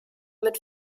mit